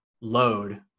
load